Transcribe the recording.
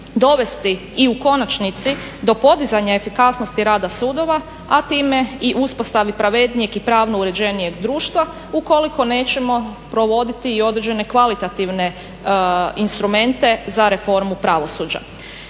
dovesti i u konačnici do podizanja efikasnosti rada sudova, a time i uspostavi pravednijeg i pravno uređenijeg društva ukoliko nećemo provoditi i određene kvalitativne instrumente za reformu pravosuđa?